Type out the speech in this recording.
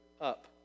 up